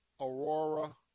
Aurora